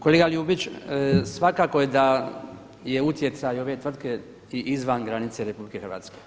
Kolega Ljubić, svakako da je utjecaj ove tvrtke i izvan granice RH.